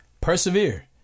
persevere